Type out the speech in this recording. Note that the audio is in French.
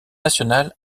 nationale